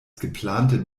geplante